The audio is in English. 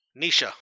Nisha